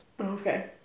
Okay